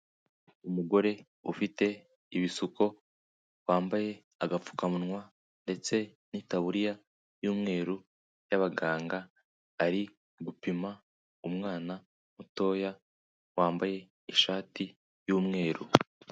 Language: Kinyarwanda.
Umugore ufite ibisuko, wambaye agapfukamunwa ndetse n'itaburiya y'umweru y'abaganga ari gupima umwana mutoya wambaye ishati y'umweru.